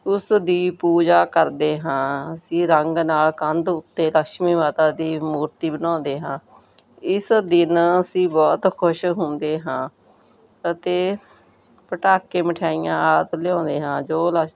ਉਸ ਦੀ ਪੂਜਾ ਕਰਦੇ ਹਾਂ ਅਸੀਂ ਰੰਗ ਨਾਲ ਕੰਧ ਉੱਤੇ ਲਛਮੀ ਮਾਤਾ ਦੀ ਮੂਰਤੀ ਬਣਾਉਂਦੇ ਹਾਂ ਇਸ ਦਿਨ ਅਸੀਂ ਬਹੁਤ ਖੁਸ਼ ਹੁੰਦੇ ਹਾਂ ਅਤੇ ਪਟਾਕੇ ਮਿਠਾਈਆਂ ਆਦਿ ਲਿਆਉਂਦੇ ਹਾਂ ਜੋ ਲਸ਼